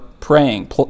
Praying